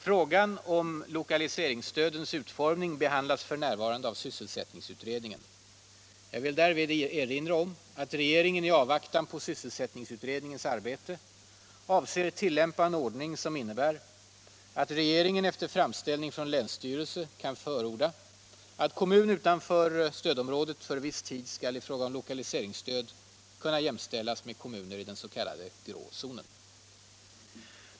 Frågan om lokaliseringsstödens utformning behandlas f.n. av sysselsättningsutredningen. Jag vill därvid erinra om att regeringen i avvaktan på sysselsättningsutredningens arbete avser tillämpa en ordning som innebär att regeringen efter framställning från länsstyrelse kan förordna att kommun utanför stödområdet för viss tid skall i fråga om lokaliseringsstöd kunna jämställas med kommuner i den s.k. grå zonen.